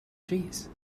cheese